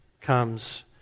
comes